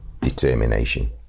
determination